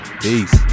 Peace